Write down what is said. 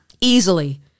easily